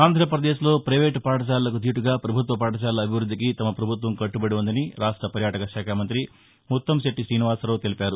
ఆంధ్రాప్రదేశ్ లో పైవేటు పాఠశాలలకు దీటుగా పభుత్వ పాఠశాలల అభివృద్దికి తమ పభుత్వం కట్టబడి ఉందని రాష్ట పర్యాటక శాఖ మంత్రి ముత్తంశెట్టి రీనివాసరావు తెలిపారు